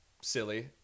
silly